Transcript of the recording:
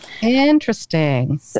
Interesting